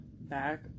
back